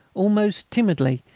almost timidly,